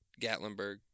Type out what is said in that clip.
Gatlinburg